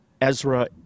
Ezra